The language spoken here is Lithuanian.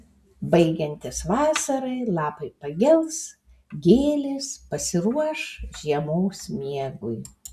baigiantis vasarai lapai pagels gėlės pasiruoš žiemos miegui